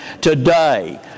today